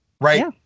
right